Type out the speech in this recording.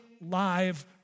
live